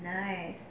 nice